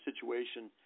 situation